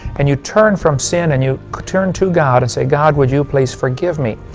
and you turn from sin, and you turn to god and say, god, would you please forgive me?